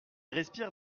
respire